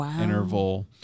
interval